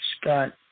Scott